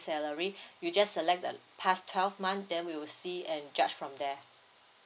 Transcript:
salary you just select the past twelve month then we will see and judge from there